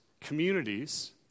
communities